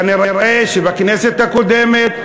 כנראה שבכנסת הקודמת,